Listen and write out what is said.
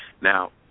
Now